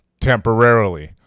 temporarily